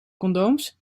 condooms